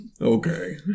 Okay